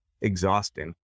exhausting